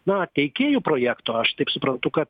na teikėjų projekto aš taip suprantu kad